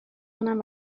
کنم